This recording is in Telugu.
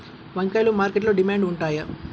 వంకాయలు మార్కెట్లో డిమాండ్ ఉంటాయా?